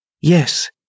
Yes